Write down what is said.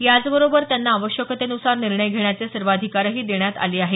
याचबरोबर त्यांना आवश्यकतेनुसार निर्णय घेण्याचे सर्वाधिकारही देण्यात आले आहेत